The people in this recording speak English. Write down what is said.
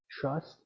Trust